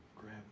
grab